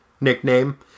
nickname